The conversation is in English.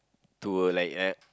to like like